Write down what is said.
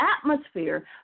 atmosphere